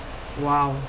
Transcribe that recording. !wow!